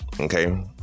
Okay